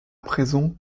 présent